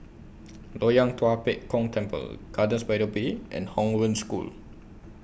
Loyang Tua Pek Kong Temple Gardens By The Bay and Hong Wen School